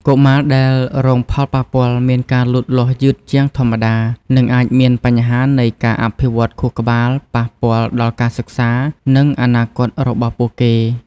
កុមារដែលរងផលប៉ះពាល់មានការលូតលាស់យឺតជាងធម្មតា និងអាចមានបញ្ហានៃការអភិវឌ្ឍខួរក្បាល ប៉ះពាល់ដល់ការសិក្សា និងអនាគតរបស់ពួកគេ។